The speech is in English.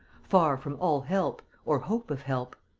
far from all help or hope of help.